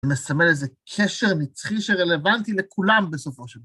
זה מסמל איזה קשר נצחי שרלוונטי לכולם בסופו של דבר.